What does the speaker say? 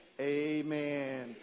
amen